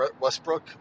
Westbrook